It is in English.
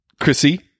Chrissy